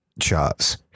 charts